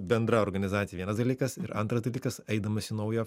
bendra organizacija vienas dalykas ir antras dalykas eidamas į naują